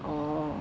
orh